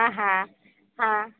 હા હા